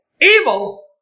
evil